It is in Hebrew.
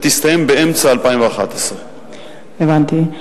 ותסתיים באמצע 2011. הבנתי.